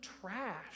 trash